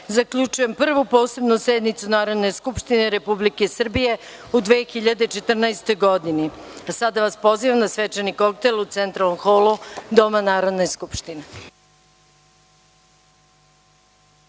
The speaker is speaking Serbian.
zaključujem Prvu posebnu sednicu Narodne skupštine Republike Srbije u 2014. godini. Sada vas pozivam na svečani koktel u centralnom holu Doma Narodne skupštine.